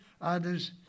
others